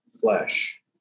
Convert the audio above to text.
flesh